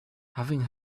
having